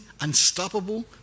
unstoppable